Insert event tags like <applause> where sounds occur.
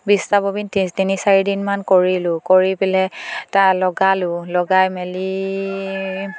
বিছটা ববিন তিনি চাৰিদিনমান কৰিলোঁ কৰি পেলাই <unintelligible> লগালোঁ লগাই মেলি